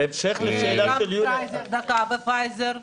ופייזר?